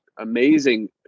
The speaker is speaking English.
amazing